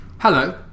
Hello